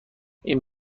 این